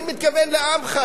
אני מתכוון לעמך,